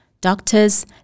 Doctors